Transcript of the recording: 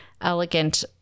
elegant